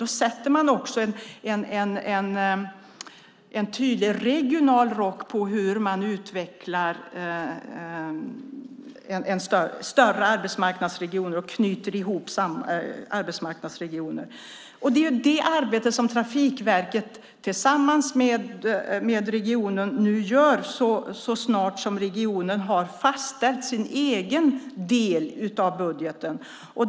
Då sätter man också en tydlig regional rock på hur man utvecklar större arbetsmarknadsregioner och knyter ihop arbetsmarknadsregioner. Det är detta arbete som Trafikverket tillsammans med regionen nu gör så snart som regionen har fastställt sin egen del av budgeten.